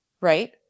Right